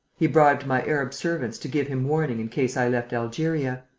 he bribed my arab servants to give him warning in case i left algeria.